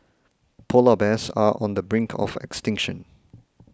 Polar Bears are on the brink of extinction